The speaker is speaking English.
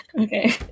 Okay